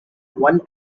one